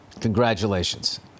Congratulations